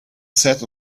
sat